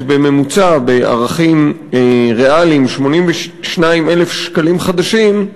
בממוצע בערכים ריאליים 82,000 שקלים חדשים,